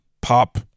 pop –